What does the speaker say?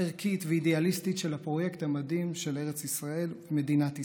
ערכית ואידיאליסטית של הפרויקט המדהים של ארץ ישראל ומדינת ישראל.